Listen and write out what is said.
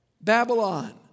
Babylon